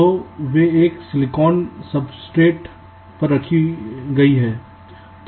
तो वे एक ही सिलिकॉन सब्सट्रेट पर रखी गई हैं